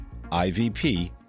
ivp